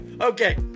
Okay